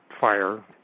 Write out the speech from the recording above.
fire